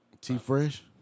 T-Fresh